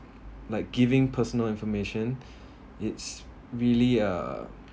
like giving personal information it's really uh